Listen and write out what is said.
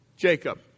Jacob